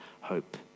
hope